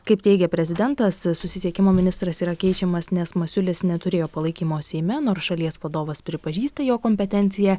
kaip teigė prezidentas susisiekimo ministras yra keičiamas nes masiulis neturėjo palaikymo seime nors šalies vadovas pripažįsta jo kompetenciją